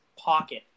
pocket